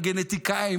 הגנטיקאים,